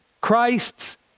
Christ's